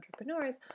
entrepreneurs